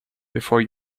before